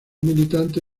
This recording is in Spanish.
militante